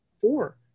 four